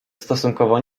stosunkowo